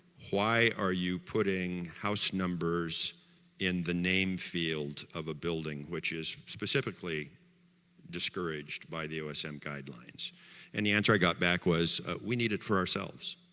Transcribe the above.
why are you putting house numbers in the name field of a building which is specifically discouraged by the osm guidelines and the answer i got back was we need it for ourselves